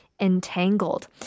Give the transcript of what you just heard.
entangled